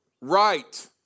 Right